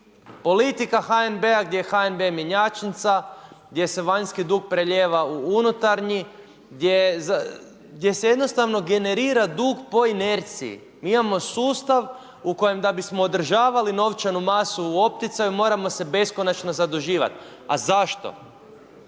Politika HNB-a, gdje je HNB mjenjačnica, gdje se vanjski dug prelijeva u unutarnji, gdje se jednostavno generira dug po inerciji. Mi imamo sustav u kojem da bismo održavali novčanu masu u opticaju moramo se beskonačno zaduživati. A zašto?